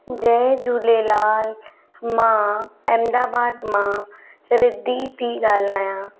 जय झूलेलाल मां अहमदाबाद मां रिद्धी थी ॻाल्हायां